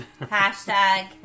hashtag